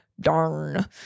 Darn